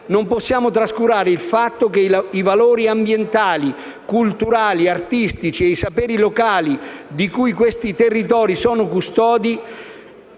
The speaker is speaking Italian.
non possiamo trascurare che i valori ambientali, culturali, artistici e i saperi locali, di cui quei territori sono custodi,